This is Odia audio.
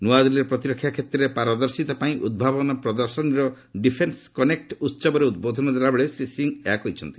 ନୂଆଦିଲ୍ଲୀରେ ପ୍ରତିରକ୍ଷା କ୍ଷେତ୍ରରେ ପାରଦର୍ଶିତା ପାଇଁ ଉଭାବନ ପ୍ରଦର୍ଶନୀର ଡିଫେନ୍ସ କନେକ୍ଟ ଉତ୍ସବରେ ଉଦ୍ବୋଧନ ଦେଲାବେଳେ ଶ୍ରୀ ସିଂହ ଏହା କହିଛନ୍ତି